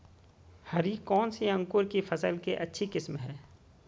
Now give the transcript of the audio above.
हरी कौन सी अंकुर की फसल के अच्छी किस्म है?